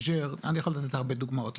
אני יכול לתת הרבה דוגמאות,